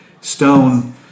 stone